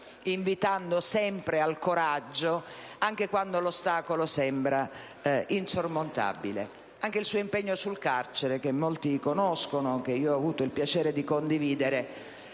invitando sempre al coraggio, anche quando l'ostacolo sembra insormontabile. Anche il suo impegno sul carcere, che molti conoscono e che ho avuto il piacere di condividere,